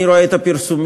אני רואה את הפרסומים,